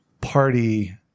party